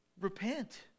repent